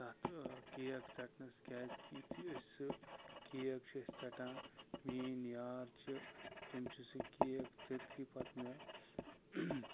تتھ کیک ژٹنس کیٚازِ کہ یُتھے أسۍ سُہ کیک چھِ أسۍ ژٔٹان مٮ۪ٲنۍ یار چھِ تِم چھِ سُہ کیک ژٔٹتھے پتہٕ مےٚ